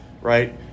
right